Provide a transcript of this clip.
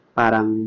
parang